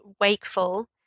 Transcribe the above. wakeful